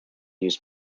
use